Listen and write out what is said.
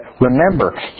remember